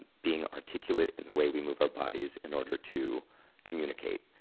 being articulate in the way we move our bodies in order to communicate.